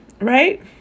Right